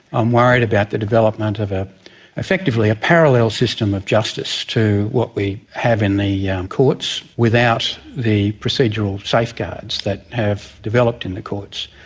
i'm worried about the development of ah effectively a parallel system of justice to what we have in the yeah um courts without the procedural safeguards that have developed in the courts.